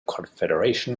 confederation